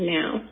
now